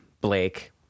blake